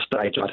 stage